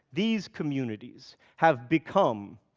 these communities have become,